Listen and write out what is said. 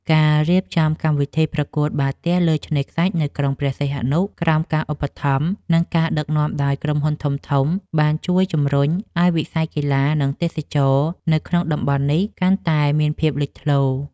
ការរៀបចំកម្មវិធីប្រកួតបាល់ទះលើឆ្នេរខ្សាច់នៅក្រុងព្រះសីហនុ ក្រោមការឧបត្ថម្ភ និងដឹកនាំដោយក្រុមហ៊ុនធំៗ បានជួយជំរុញឱ្យវិស័យកីឡា និងទេសចរណ៍នៅក្នុងតំបន់នេះកាន់តែមានភាពលេចធ្លោ។